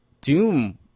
Doom